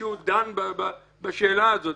מישהו דן בשאלה הזאת,